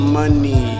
money